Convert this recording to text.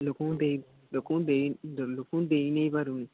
ଲୋକଙ୍କୁ ଦେଇ ଲୋକଙ୍କୁ ଦେଇ ଲୋକଙ୍କୁ ଦେଇ ନେଇ ପାରୁନି